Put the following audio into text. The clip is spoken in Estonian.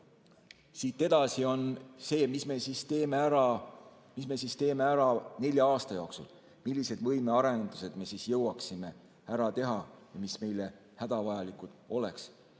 siit edasi on muidugi see, mis me teeme ära nelja aasta jooksul, millised võimearendused me jõuaksime ära teha, mis meile hädavajalikud oleks.